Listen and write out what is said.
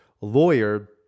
lawyer